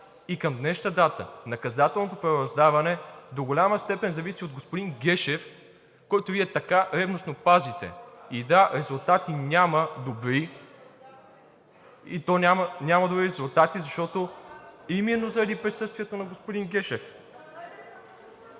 Към днешна дата наказателното правораздаване до голяма степен зависи от господин Гешев, който Вие така ревностно пазите. И, да, няма добри резултати – то дори няма резултати, именно заради присъствието на господин Гешев.